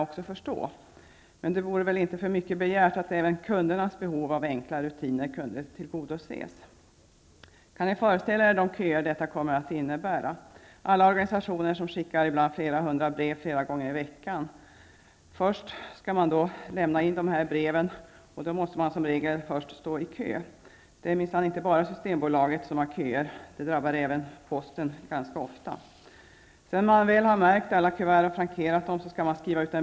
Men det vore väl inte för mycket begärt att även kundernas behov av enkla rutiner kunde tillgodoses. Kan ni föreställa er de köer som detta kommer att innebära? Tänk er alla de organisationer som ibland skickar flera hundra brev flera gånger i veckan. Först skall dessa brev lämnas in, och då måste man stå i kö. Det är minsann inte bara systembolaget som har köer. Det drabbar även posten ganska ofta. När alla kuvert har markerats och frankerats skall en blankett skrivas ut.